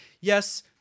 yes